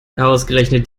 ausgerechnet